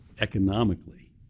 economically